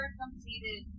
completed